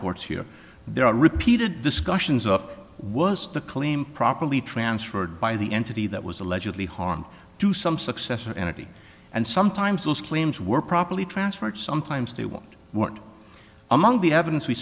courts here there are repeated discussions of was the claim properly transferred by the entity that was allegedly harmed to some successor entity and sometimes those claims were properly transferred sometimes they won't work among the evidence we